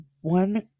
one